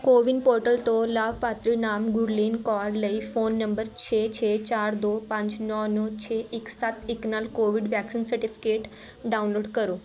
CoWIN portal ਤੋਂ ਲਾਭਪਾਤਰੀ ਨਾਮ ਗੁਰਲੀਨ ਕੌਰ ਲਈ ਫ਼ੋਨ ਨੰਬਰ ਛੇ ਛੇ ਚਾਰ ਦੋ ਪੰਜ ਨੌ ਨੌ ਛੇ ਇੱਕ ਸੱਤ ਇੱਕ ਨਾਲ ਕੋਵਿਡ ਵੈਕਸੀਨ ਸਰਟੀਫਿਕੇਟ ਡਾਊਨਲੋਡ ਕਰੋ